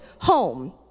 home